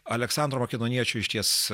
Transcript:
aleksandro makedoniečio išties